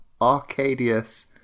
Arcadius